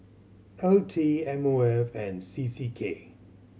O T M O F and C C K